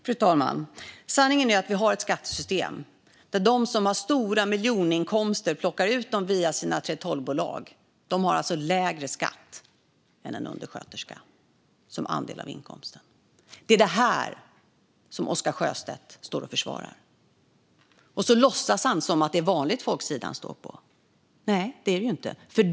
Fru talman! Sanningen är att vi har ett skattesystem där de som har stora miljoninkomster och plockar ut dem via sina 3:12-bolag har lägre skatt än en undersköterska som andel av inkomsten. Det är vad Oscar Sjöstedt står och försvarar, och sedan låtsas han att det är vanligt folks sida han står på. Nej, det är det inte.